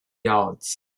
yards